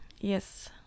Yes